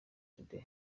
today